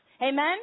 Amen